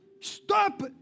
Stop